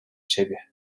siebie